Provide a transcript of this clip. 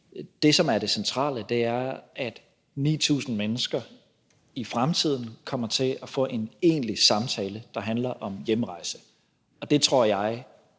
Det, som er det centrale, er, at 9.000 mennesker i fremtiden kommer til at få en egentlig samtale, der handler om hjemrejse, og det tror jeg